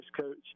coach